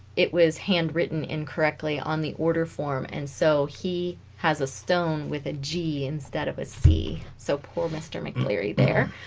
it was handwritten incorrectly on the order form and so he has a stone with a g instead of a c so poor mr. mccleary there